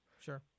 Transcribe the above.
sure